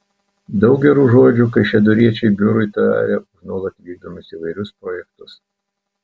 daug gerų žodžių kaišiadoriečiai biurui taria už nuolat vykdomus įvairius projektus